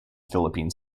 philippine